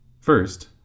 First